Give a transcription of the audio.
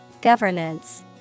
Governance